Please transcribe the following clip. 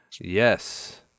yes